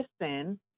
listen